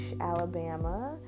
Alabama